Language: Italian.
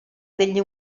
degli